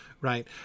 right